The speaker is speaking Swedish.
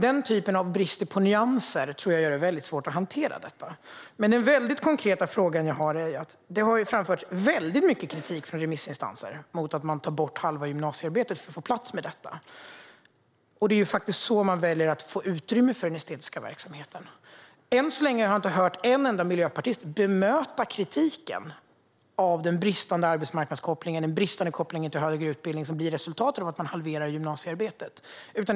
Den typen av brist på nyanser tror jag gör det svårt att hantera detta. Den konkreta fråga jag har gäller att det har framförts mycket kritik från remissinstanser mot att man tar bort halva gymnasiearbetet för att få plats med detta. Det är så man väljer att få utrymme för den estetiska verksamheten. Än så länge har jag inte hört en enda miljöpartist bemöta kritiken mot den bristande arbetsmarknadskoppling och den bristande koppling till högre utbildning som blir resultatet av att halvera gymnasiearbetet.